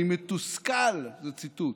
זה ציטוט: